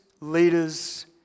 leaders